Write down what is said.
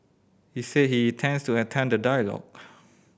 he said he intends to attend the dialogue